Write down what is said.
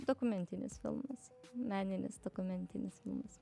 dokumentinis filmas meninis dokumentinis filmas